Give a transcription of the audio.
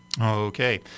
okay